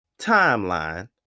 timeline